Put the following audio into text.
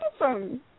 awesome